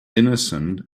innocent